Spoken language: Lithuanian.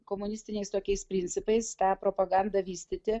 komunistiniais tokiais principais tą propagandą vystyti